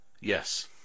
Yes